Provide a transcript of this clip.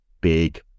big